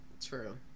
True